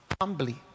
humbly